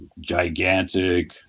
gigantic